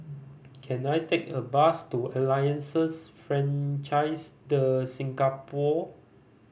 can I take a bus to Alliance Francaise De Singapour